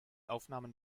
aufnahmen